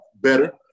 better